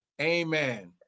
Amen